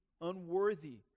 unworthy